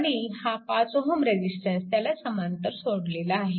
आणि हा 5Ω रेजिस्टन्स त्याला समांतर जोडलेला आहे